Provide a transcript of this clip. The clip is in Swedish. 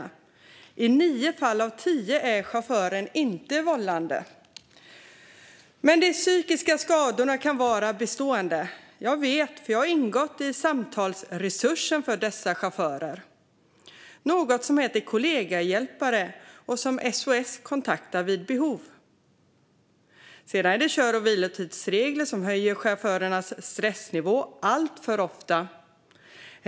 I nio fall av tio är chauffören inte vållande till olyckan, men de psykiska skadorna kan vara bestående. Jag vet, för jag har ingått i samtalsresursen för dessa chaufförer. Det är något som heter kollegehjälpare och som SOS kontaktar vid behov. Sedan är det kör och vilotidsregler som alltför ofta höjer chaufförers stressnivå.